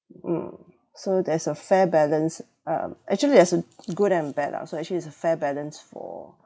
mm so there's a fair balance um actually there's a good and bad lah so actually it's a fair balance for